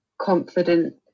confident